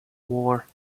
war